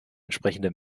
entsprechende